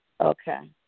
Okay